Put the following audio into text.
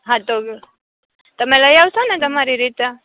હાતો તમે લઈ આવશોને તમારી રીતે